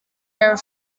der